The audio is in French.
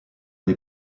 des